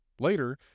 Later